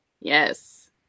yes